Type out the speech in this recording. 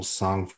song